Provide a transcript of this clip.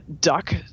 duck